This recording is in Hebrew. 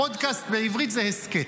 פודקאסט בעברית זה הֶסכת.